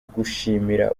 gushimira